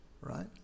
right